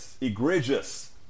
egregious